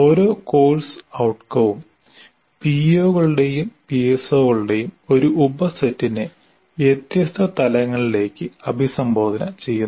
ഓരോ കോഴ്സ് ഔട്കവും പിഒകളുടെയും പിഎസ്ഒകളുടെയും ഒരു ഉപസെറ്റിനെ വ്യത്യസ്ത തലങ്ങളിലേക്ക് അഭിസംബോധന ചെയ്യുന്നു